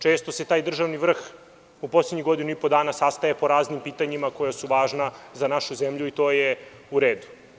Često se taj državni vrh u poslednjih godinu i po dana sastaje po raznim pitanjima koja su važna za našu zemlju i to je u redu.